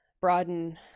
broaden